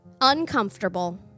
uncomfortable